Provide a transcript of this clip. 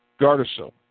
Gardasil